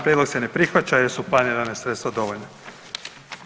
Prijedlog se ne prihvaća jer su planirana sredstva dovoljna.